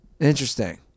Interesting